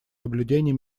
соблюдения